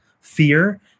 fear